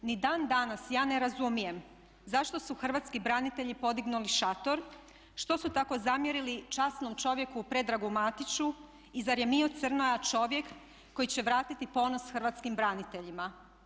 Ni dan danas ja ne razumijem zašto su hrvatski branitelji podignuli šator, što su tako zamjerili časnom čovjeku Predragu Matiću i zar je Mijo Crnoja čovjek koji će vratiti ponos hrvatskim braniteljima?